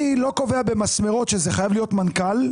אני לא קובע במסמרות שזה חייב להיות מנכ"ל.